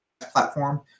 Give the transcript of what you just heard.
platform